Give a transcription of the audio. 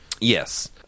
Yes